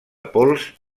pols